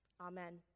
Amen